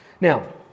Now